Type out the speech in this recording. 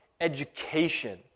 education